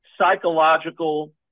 psychological